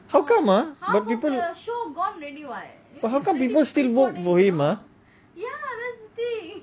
how come ah but people but how come people still vote for him ah